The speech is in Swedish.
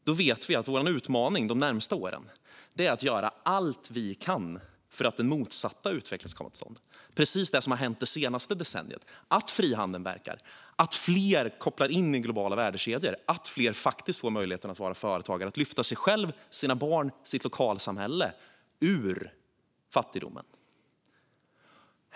Vi vet att vår utmaning de närmaste åren är att göra allt vi kan för att få den motsatta utvecklingen - precis det som hänt det senaste decenniet: att frihandeln verkar, att fler kopplar in i globala värdekedjor och att fler får möjlighet att vara företagare och lyfta sig själva, sina barn och sitt lokalsamhälle ur fattigdomen.